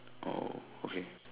oh okay